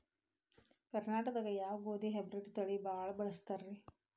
ಕರ್ನಾಟಕದಾಗ ಯಾವ ಗೋಧಿ ಹೈಬ್ರಿಡ್ ತಳಿ ಭಾಳ ಬಳಸ್ತಾರ ರೇ?